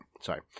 sorry